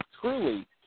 truly